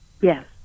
Yes